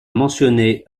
mentionné